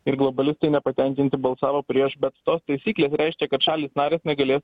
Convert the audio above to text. ir globalistai nepatenkinti balsavo prieš bet tos taisyklės reiškia kad šalys narės negalės